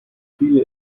viele